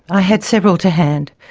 i had several to hand.